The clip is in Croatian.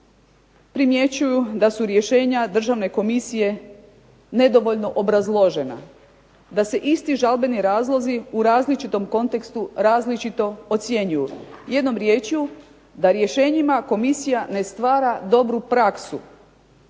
primjećuju da su rješenja državne komisije nedovoljno obrazložena, da se isti žalbeni razlozi u različitom kontekstu različito ocjenjuju. Jednom riječju da rješenjima komisija ne stvara dobru praksu